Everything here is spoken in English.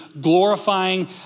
glorifying